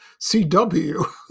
cw